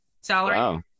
salary